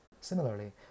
Similarly